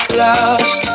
lost